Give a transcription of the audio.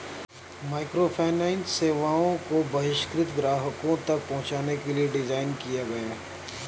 microfinance सेवाओं को बहिष्कृत ग्राहकों तक पहुंचने के लिए डिज़ाइन किया गया है